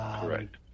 Correct